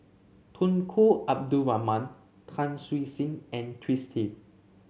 Tunku Abdul Rahman Tan Siew Sin and Twisstii